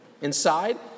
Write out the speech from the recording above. inside